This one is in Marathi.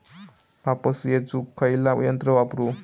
कापूस येचुक खयला यंत्र वापरू?